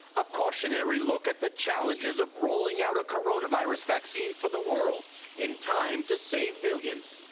a cautionary look at the challenges of rolling out a coronavirus vaccine for the world in time to save millions.